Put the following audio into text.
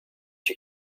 she